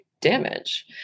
damage